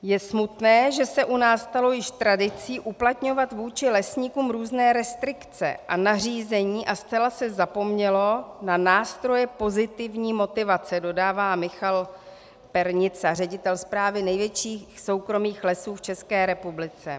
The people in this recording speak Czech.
Je smutné, že se u nás stalo již tradicí uplatňovat vůči lesníkům různé restrikce a nařízení a zcela se zapomnělo na nástroje pozitivní motivace, dodává Michal Pernica, ředitel správy největších soukromých lesů v České republice.